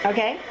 Okay